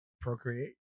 procreate